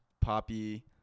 poppy